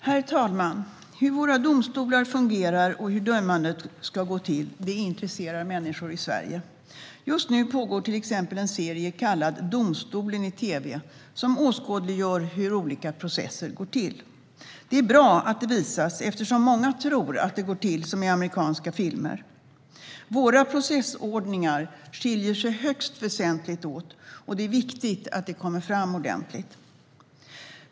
Herr talman! Hur våra domstolar fungerar och hur dömandet ska gå till intresserar människor i Sverige. Just nu pågår till exempel en serie kallad Domstolen i tv, som åskådliggör hur olika processer går till. Det är bra att det visas eftersom många tror att det går till som i amerikanska filmer. Våra processordningar skiljer sig högst väsentligt åt, och det är viktigt att det kommer fram ordentligt.